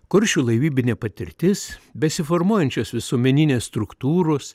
kuršių laivybinė patirtis besiformuojančios visuomeninės struktūros